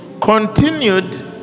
continued